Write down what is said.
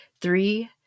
three